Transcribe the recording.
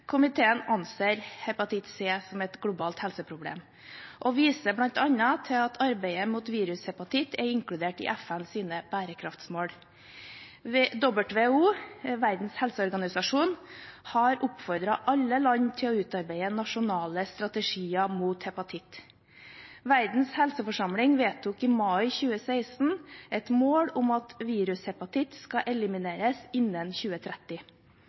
Komiteen anser hepatitt C som et globalt helseproblem og viser bl.a. til at arbeidet mot virushepatitt er inkludert i FNs bærekraftsmål. WHO – Verdens helseorganisasjon – har oppfordret alle land til å utarbeide nasjonale strategier mot hepatitt. Verdens helseforsamling vedtok i mai 2016 et mål om at virushepatitt skal elimineres innen 2030.